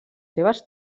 seves